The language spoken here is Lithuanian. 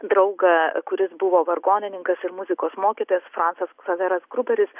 draugą kuris buvo vargonininkas ir muzikos mokytojas francas ksaveras gruberis